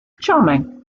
charming